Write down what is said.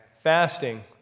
Fasting